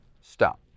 Stop